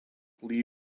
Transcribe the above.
lee